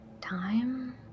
time